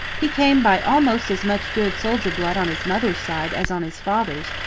he came by almost as much good soldier blood on his mother's side as on his father's,